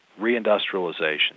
reindustrialization